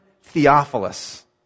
Theophilus